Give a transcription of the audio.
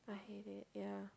I hate it yeah